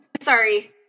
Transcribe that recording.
Sorry